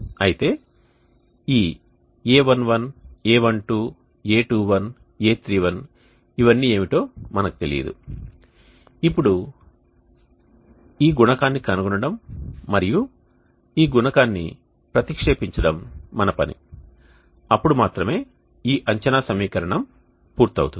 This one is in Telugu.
అయితే a11a12a21a31 ఏమిటో మనకు తెలియదు ఇప్పుడు ఈ గుణకాన్ని కనుగొనడం మరియు ఈ గుణకాన్ని ప్రతిక్షేపించడం మన పని అప్పుడు మాత్రమే ఈ అంచనా సమీకరణం పూర్తి అవుతుంది